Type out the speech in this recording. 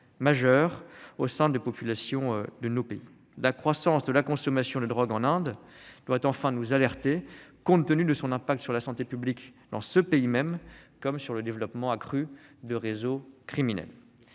majeures au sein des populations de nos pays. Enfin, la croissance de la consommation de drogues en Inde doit nous alerter, compte tenu de ses conséquences sur la santé publique dans ce pays, comme sur le développement accru de réseaux criminels.